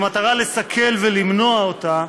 במטרה לסכל ולמנוע אותה,